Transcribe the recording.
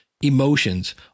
Emotions